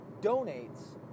donates